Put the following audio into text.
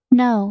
no